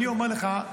אני אומר לך,